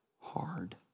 hard